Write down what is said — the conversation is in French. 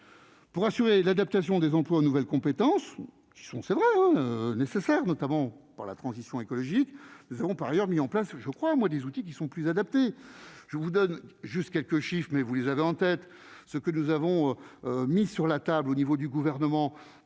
pour assurer l'adaptation des emplois aux nouvelles compétences sont c'est vraiment nécessaire, notamment par la transition écologique ont par ailleurs mis en place, je crois, moi, des outils qui sont plus adaptées, je vous donne juste quelques chiffres mais vous les avez en tête ce que nous avons mis sur la table au niveau du gouvernement